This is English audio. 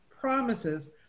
promises